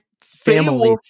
family